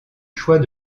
choix